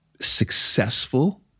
successful